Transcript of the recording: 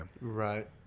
Right